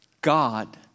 God